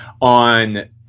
on